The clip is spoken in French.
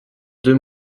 deux